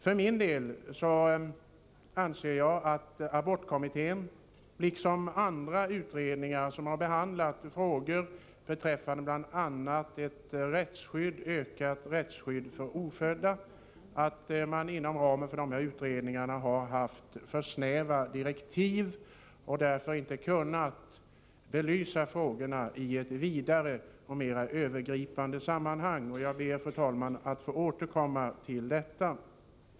För min del anser jag att abortkommittén liksom andra utredningar som har behandlat frågor beträffande bl.a. ett ökat rättsskydd för ofödda har haft för snäva direktiv och därför inte kunnat belysa frågorna i ett vidare och mera övergripande sammanhang. Jag ber, fru talman, att få återkomma till detta.